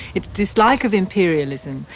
its dislike of imperialism,